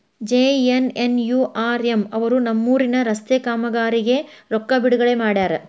JNNURM ಅವರು ನಮ್ಮೂರಿನ ರಸ್ತೆ ಕಾಮಗಾರಿಗೆ ರೊಕ್ಕಾ ಬಿಡುಗಡೆ ಮಾಡ್ಯಾರ